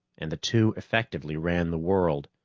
and the two effectively ran the world.